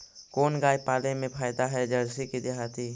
कोन गाय पाले मे फायदा है जरसी कि देहाती?